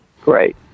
great